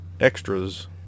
Extras